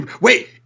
Wait